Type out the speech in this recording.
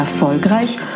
erfolgreich